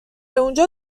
اونجا